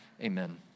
Amen